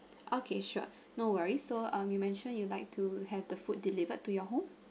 okay sure no worries so um you mentioned you'd would like to have the food delivered to your home